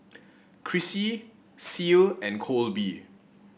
Crissy Ceil and Kolby